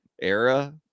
era